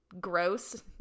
gross